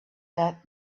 that